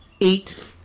eight